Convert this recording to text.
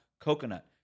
Coconut